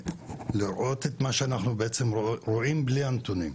לראות את מה שאנחנו בעצם רואים בלי הנתונים.